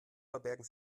verbergen